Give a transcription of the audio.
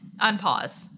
unpause